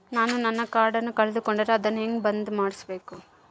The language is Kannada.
ನಾನು ನನ್ನ ಕಾರ್ಡನ್ನ ಕಳೆದುಕೊಂಡರೆ ಅದನ್ನ ಹೆಂಗ ಬಂದ್ ಮಾಡಿಸಬೇಕು?